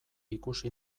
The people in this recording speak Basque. ikusi